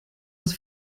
das